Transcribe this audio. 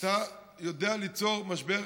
אתה יודע ליצור משבר,